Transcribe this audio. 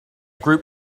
group